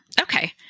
Okay